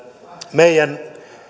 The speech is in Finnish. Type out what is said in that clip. meidän